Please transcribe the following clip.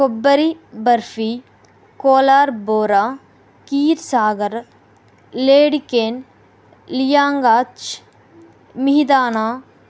కొబ్బరి బర్ఫీ కోలార్ బోరా కీర్ సాగర్ లేడికెన్ లియాంగాజ్ మిహిదానా